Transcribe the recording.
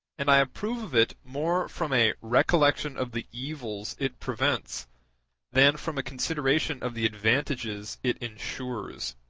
and i approve of it more from a recollection of the evils it prevents than from a consideration of the advantages it ensures.